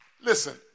Listen